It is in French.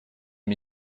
m’y